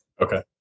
Okay